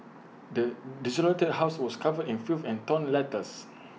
the desolated house was covered in filth and torn letters